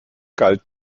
galt